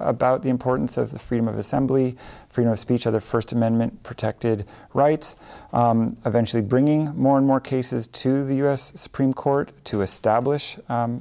about the importance of the freedom of assembly freedom of speech of the first amendment protected rights eventually bringing more and more cases to the u s supreme court to establish